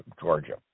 Georgia